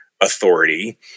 authority